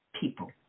people